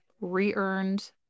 re-earned